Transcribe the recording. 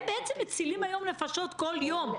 הם מצילים נפשות כל יום.